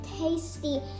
tasty